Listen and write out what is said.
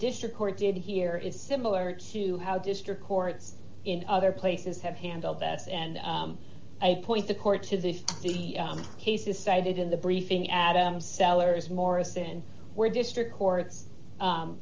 district court did here is similar to how district courts in other places have handled this and i point the court to the the cases cited in the briefing adam sellers morriston were district courts